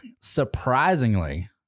surprisingly